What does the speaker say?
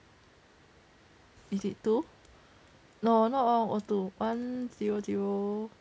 is it two no not one one zero two one zero zero